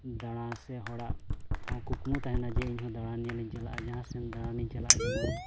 ᱫᱟᱬᱟᱱ ᱥᱮ ᱦᱚᱲᱟᱜ ᱦᱚᱸ ᱠᱩᱠᱢᱩ ᱛᱟᱦᱮᱱᱟ ᱡᱮ ᱤᱧᱦᱚᱸ ᱫᱟᱬᱟᱱ ᱧᱮᱞᱤᱧ ᱪᱟᱞᱟᱜᱼᱟ ᱡᱟᱦᱟᱸ ᱥᱮᱫ ᱫᱟᱬᱟᱱᱤᱧ ᱪᱟᱞᱟᱜᱼᱟ ᱡᱮᱢᱚᱱ